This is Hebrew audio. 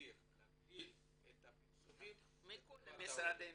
הגדלת הפרסומים --- מכל משרדי הממשלה,